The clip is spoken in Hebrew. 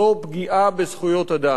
זו פגיעה בזכויות אדם,